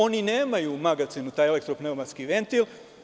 Oni nemaju taj elektro pneumatski ventil.